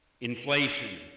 Inflation